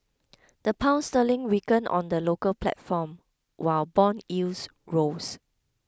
the pound sterling weakened on the local platform while bond yields rose